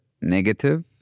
negative